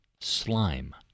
Slime